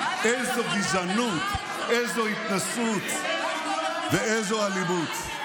איזו גזענות, איזו התנשאות ואיזו אלימות.